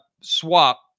swap